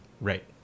Right